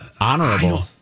honorable